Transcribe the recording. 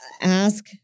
ask